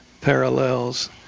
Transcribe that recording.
parallels